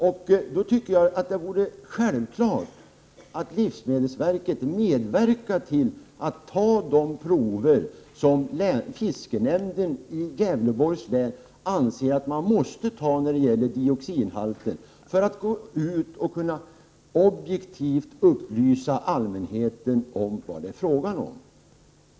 Jag tycker att det vore självklart att livsmedelsverket skulle medverka till att ta de prover av dioxinhalten som fiskenämnden i Gävleborgs län anser att man måste ta, för att objektivt kunna upplysa allmänheten om vad det är frågan om.